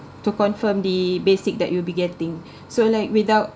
to confirm the basic that you'll be getting so like without